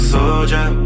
Soldier